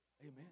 Amen